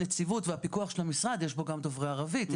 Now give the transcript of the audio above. והפיקוח של המשרד - יש בו גם דוברי ערבית.